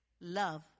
love